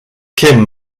kim